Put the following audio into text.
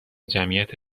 جمعیت